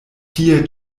tie